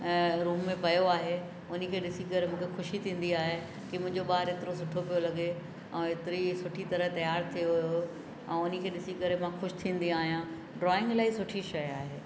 ऐं रूम में पियो आहे उन खे ॾिसी करे मूंखे ख़ुशी थींदी आहे की मुंहिंजो ॿार एतिरो सुठो पियो लॻे ऐं एतिरी सुठी तरह तयारु थियो हुओ ऐं उन खे ॾिसी करे मां ख़ुशि थींदी आहियां ड्रॉइंग इलाही सुठी शइ आहे